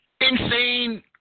Insane